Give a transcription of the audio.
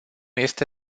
este